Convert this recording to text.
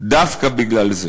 דווקא בגלל זה